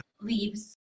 leaves